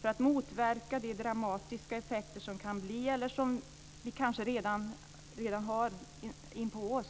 För att motverka de dramatiska effekter som kan komma eller som vi kanske redan har inpå oss